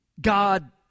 God